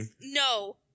No